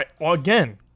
again